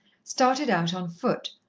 started out on foot,